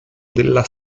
della